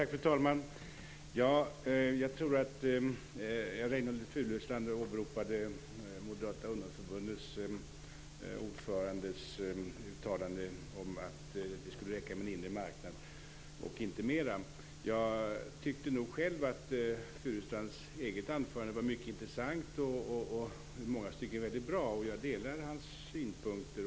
Fru talman! Reynoldh Furustrand åberopade Moderata ungdomsförbundets ordförandes uttalande om att det skulle räcka med en inre marknad och inte mer. Jag tyckte själv att Furustrands anförande var intressant och i många stycken bra. Jag delar hans synpunkter.